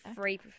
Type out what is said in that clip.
free